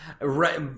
right